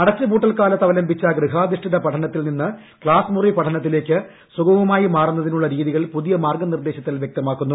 അടച്ചുപൂട്ടൽ കാലത്ത് അവലംബിച്ച ഗൃഹാധിഷ്ഠിത പഠനത്തിൽ നിന്ന് ക്ലാസ്സ്മുറി പഠനത്തിലേക്ക് സുഗമമായി മാറുന്നതിനുള്ള രീതികൾ പുതിയ മാർഗ്ഗനിർദ്ദേശത്തിൽ വ്യക്തമാക്കുന്നു